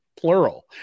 Plural